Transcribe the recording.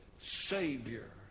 Savior